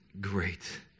great